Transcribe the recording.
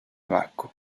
barco